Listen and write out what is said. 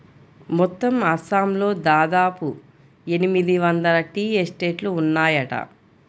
మొత్తం అస్సాంలో దాదాపు ఎనిమిది వందల టీ ఎస్టేట్లు ఉన్నాయట